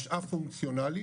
משאב פונקציונאלי